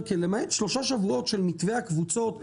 למעט שלושה שבועות של מתווה הקבוצות,